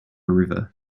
river